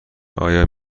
آیا